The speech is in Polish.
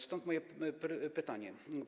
Stąd moje pytanie.